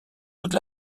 toute